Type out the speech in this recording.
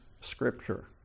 scripture